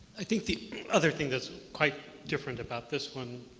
i think the other thing that's quite different about this one,